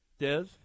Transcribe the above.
Dez